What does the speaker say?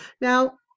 Now